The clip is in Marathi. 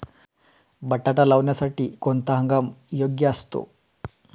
बटाटा लावण्यासाठी कोणता हंगाम योग्य असतो?